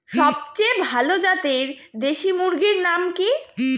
সবচেয়ে ভালো জাতের দেশি মুরগির নাম কি?